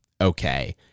okay